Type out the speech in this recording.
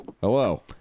Hello